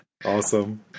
Awesome